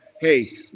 hey